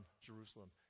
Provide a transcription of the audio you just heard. Jerusalem